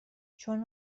چون